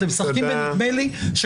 אתם משחוקים בנדמה לי.